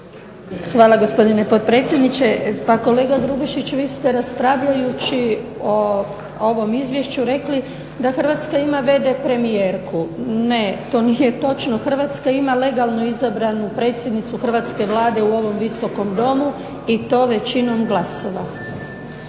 Hvala, gospodine potpredsjedniče. Pa kolega Grubišić, vi ste raspravljajući o ovom izvješću rekli da Hrvatska ima v.d. premijerku. Ne, to nije točno, Hrvatska ima legalno izabranu predsjednicu hrvatske Vlade u ovom Visokom domu i to većinom glasova.